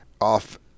off